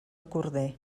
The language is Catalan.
corder